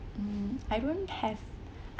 hmm I don't have